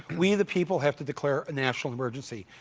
we the people have to declare a national emergency.